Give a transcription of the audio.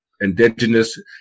indigenous